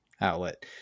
outlet